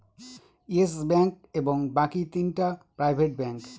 yes bank এবং বাকি তিনটা প্রাইভেট ব্যাঙ্ক